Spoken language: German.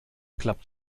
klappt